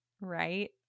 Right